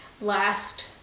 Last